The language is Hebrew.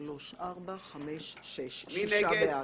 7 נגד,